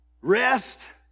rest